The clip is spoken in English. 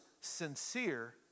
sincere